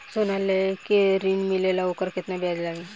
सोना लेके ऋण मिलेला वोकर केतना ब्याज लागी?